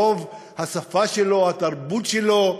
הרוב, השפה שלו, התרבות שלו,